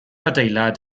adeilad